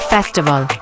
Festival